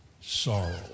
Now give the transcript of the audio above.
sorrow